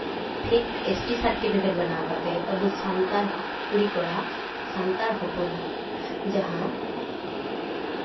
fake S T certificate ᱵᱮᱱᱟᱣ ᱠᱟᱛᱮ ᱟᱵᱚ ᱥᱟᱱᱛᱟᱲ ᱠᱩᱲᱤ ᱠᱚᱲᱟ ᱥᱟᱱᱛᱟᱲ ᱦᱚᱯᱚᱱᱟᱜ ᱡᱟᱦᱟᱸ